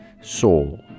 Soul